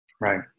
Right